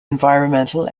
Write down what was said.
environmental